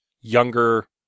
younger